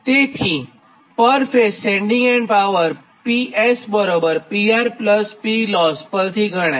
તેથીપર phase sending end power PS PR PLoss પરથી ગણાય